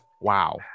wow